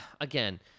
again